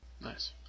Nice